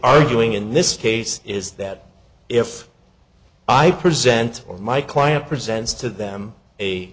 arguing in this case is that if i present my client presents to them a